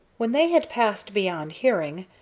when they had passed beyond hearing,